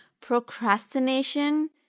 Procrastination